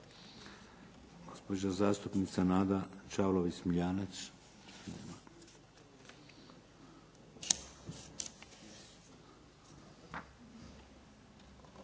Hvala.